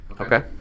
Okay